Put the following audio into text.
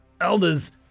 elders